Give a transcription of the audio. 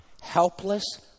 Helpless